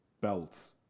belts